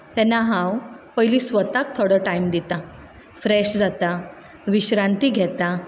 तेन्ना हांव पयलीं स्वताक थोडो टायम दिता फ्रेश जाता विश्रांती घेता